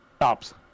tops